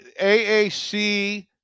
AAC